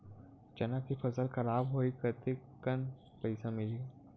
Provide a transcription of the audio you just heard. चना के फसल खराब होही कतेकन पईसा मिलही?